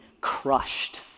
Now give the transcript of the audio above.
crushed